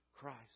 Christ